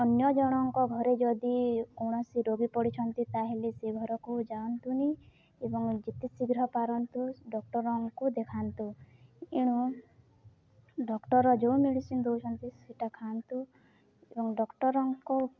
ଅନ୍ୟ ଜଣଙ୍କ ଘରେ ଯଦି କୌଣସି ରୋଗୀ ପଡ଼ିଛନ୍ତି ତାହେଲେ ସେ ଘରକୁ ଯାଆନ୍ତୁନି ଏବଂ ଯେତେ ଶୀଘ୍ର ପାରନ୍ତୁ ଡକ୍ଟର୍ଙ୍କୁ ଦେଖାନ୍ତୁ ଏଣୁ ଡକ୍ଟର୍ର ଯେଉଁ ମେଡ଼ିସିନ୍ ଦେଉଛନ୍ତି ସେଇଟା ଖାଆନ୍ତୁ ଏବଂ ଡକ୍ଟରଙ୍କୁ